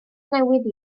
newydd